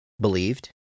believed